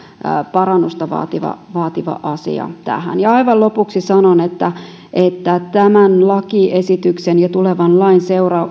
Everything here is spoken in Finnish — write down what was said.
parannusta vaativa vaativa asia aivan lopuksi sanon että tämän lakiesityksen ja tulevan lain